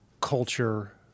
culture